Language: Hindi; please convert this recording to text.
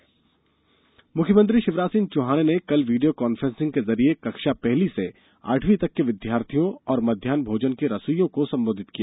मुख्यमंत्री विद्यार्थी मुख्यमंत्री शिवराज सिंह चौहान ने कल वीडियो कॉन्फ्रेंसिंग के जरिए कक्षा एक से आठवीं तक के विद्यार्थियों और मध्यान्ह भोजन के रसोइयों को संबोधित किया